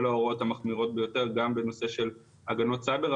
ההוראות המחמירות ביותר גם בנושא של הגנות סייבר,